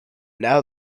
now